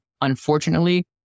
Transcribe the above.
unfortunately